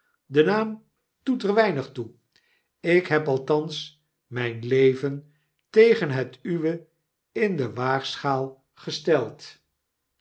de naam doet er weinig toe ik heb althans myn leven tegen het uwe in de waagschaal gesteld